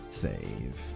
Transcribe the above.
save